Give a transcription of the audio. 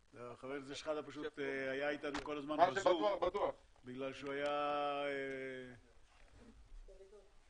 גם בששינסקי 2. בשבוע הבא יהיה כאן ראש רשות המיסים,